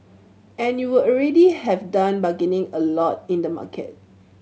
and you would already have done bargaining a lot in the market